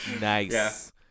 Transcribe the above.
Nice